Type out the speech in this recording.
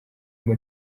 ngo